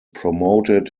promoted